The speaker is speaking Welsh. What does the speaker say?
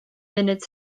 munud